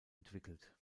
entwickelt